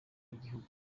igihugu